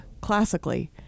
classically